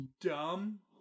dumb